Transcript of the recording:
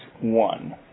one